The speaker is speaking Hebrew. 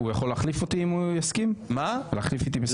הוא יכול להחליף אותי, אם הוא יסכים?